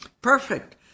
Perfect